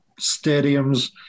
stadiums